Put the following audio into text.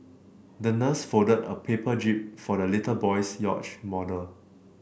the nurse folded a paper jib for the little boy's yacht model